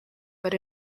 but